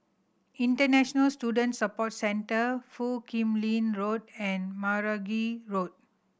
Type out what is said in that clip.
International Student Support Centre Foo Kim Lin Road and Meragi Road